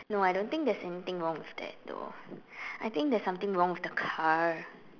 no I don't think there's anything wrong with that though I think there's something wrong with the car